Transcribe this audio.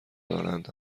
دارند